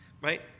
right